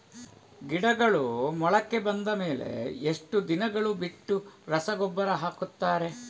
ಗಿಡಗಳು ಮೊಳಕೆ ಬಂದ ಮೇಲೆ ಎಷ್ಟು ದಿನಗಳು ಬಿಟ್ಟು ರಸಗೊಬ್ಬರ ಹಾಕುತ್ತಾರೆ?